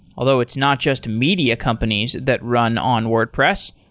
although it's not just media companies that run on wordpress,